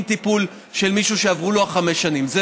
טיפול של מישהו שעברו חמש השנים שלו.